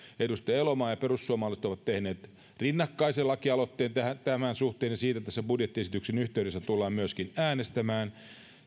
edustaja elomaa ja perussuomalaiset ovat tehneet rinnakkaisen lakialoitteen tämän suhteen ja siitä tässä budjettiesityksen yhteydessä tullaan myöskin äänestämään